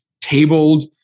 tabled